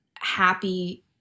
happy